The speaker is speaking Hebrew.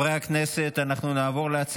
13 בעד, אין מתנגדים, נמנע אחד.